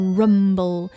rumble